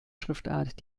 schriftart